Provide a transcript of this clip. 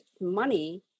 money